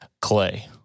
clay